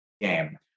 game